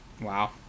Wow